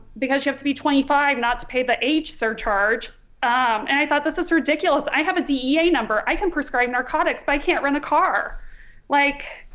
because you have to be twenty five not to pay the age surcharge um and i thought this is ridiculous i have a dea number i can prescribe narcotics but i can't rent a car like